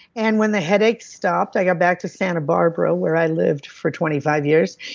and when the headaches stopped, i got back to santa barbara where i lived for twenty five years,